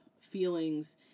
feelings